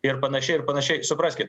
ir panašiai ir panašiai supraskit